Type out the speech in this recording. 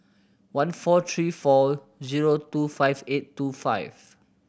one four three four zero two five eight two five